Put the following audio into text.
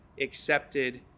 accepted